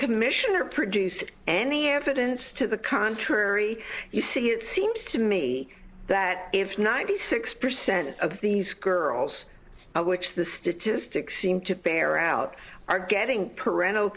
commissioner produced any evidence to the contrary you see it seems to me that if ninety six percent of these girls which the statistics seem to bear out are getting parental